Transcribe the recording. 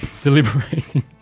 deliberating